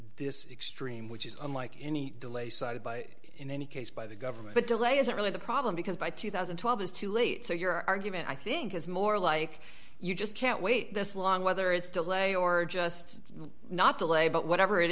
this extreme which is unlike any delay cited by in any case by the government but delay isn't really the problem because by two thousand and twelve is too late so your argument i think is more like you just can't wait this long whether it's delay or just not delay but whatever it